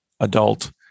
adult